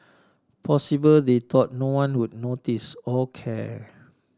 possibly they thought no one would notice or care